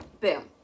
Boom